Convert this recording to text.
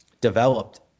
developed